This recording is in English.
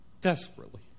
desperately